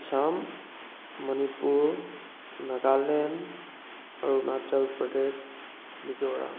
Assam Manipur Nagaland Arunachal Pradesh Mizoram